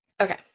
Okay